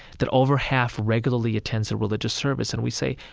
that over half regularly attends a religious service. and we say,